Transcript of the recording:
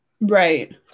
Right